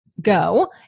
Go